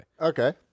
Okay